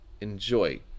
enjoy